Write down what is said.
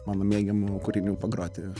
mano mėgiamų kūrinių pagroti